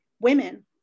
women